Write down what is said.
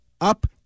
up